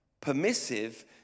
Permissive